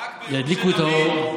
ידליקו את האור,